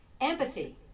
Empathy